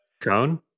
cone